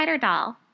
Doll